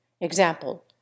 Example